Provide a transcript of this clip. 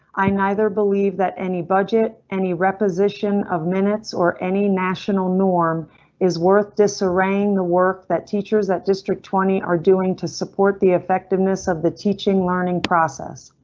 i neither believe that any budget, any rep position of minutes or any national norm is worth disarray in the work that teachers at district twenty are doing to support the effectiveness of the teaching learning process.